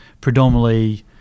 predominantly